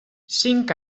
cinc